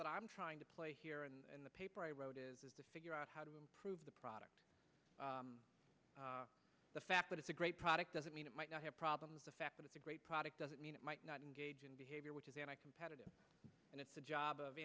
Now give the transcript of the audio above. that i'm trying to play here and the paper i wrote is figure out how to improve the product the fact that it's a great product doesn't mean it might not have problems the fact that it's a great product doesn't mean it might not engage in behavior which is competitive and it's the job of